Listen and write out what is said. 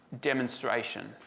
demonstration